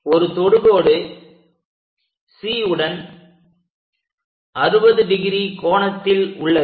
ஒரு தொடுகோடு C உடன் 60 ° கோணத்தில் உள்ளது